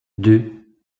deux